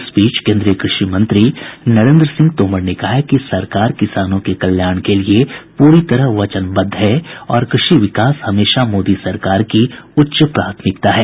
इस बीच कृषि मंत्री नरेन्द्र सिंह तोमर ने कहा है कि सरकार किसानों के कल्याण के लिए पूरी तरह वचनबद्ध है और कृषि विकास हमेशा मोदी सरकार की उच्च प्राथमिकता है